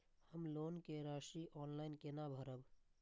हम लोन के राशि ऑनलाइन केना भरब?